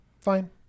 Fine